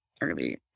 Early